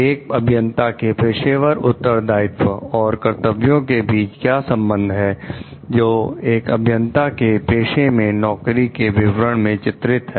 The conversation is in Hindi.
एक अभियंता के पेशेवर उत्तरदायित्व और कर्तव्यों के बीच क्या संबंध है जो एक अभियंता के पेशे में नौकरी के विवरण में चित्रित है